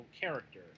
character